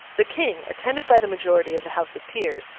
the king, attended by the majority of the house of peers,